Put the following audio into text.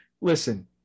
listen